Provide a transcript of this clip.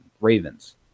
Ravens